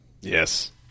Yes